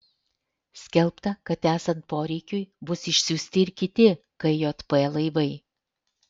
skelbta kad esant poreikiui bus išsiųsti ir kiti kjp laivai